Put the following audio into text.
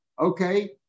Okay